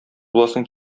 буласың